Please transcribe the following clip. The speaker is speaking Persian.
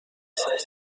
سایز